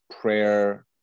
prayer